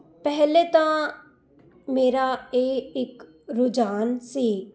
ਪਹਿਲੇ ਤਾਂ ਮੇਰਾ ਇਹ ਇੱਕ ਰੁਝਾਨ ਸੀ